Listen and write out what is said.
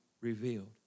revealed